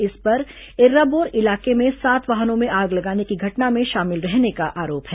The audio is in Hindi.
इस पर एर्राबोर इलाके में सात वाहनों में आग लगाने की घटना में शामिल रहने का आरोप है